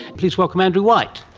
please welcome andrew white.